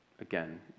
again